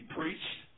preached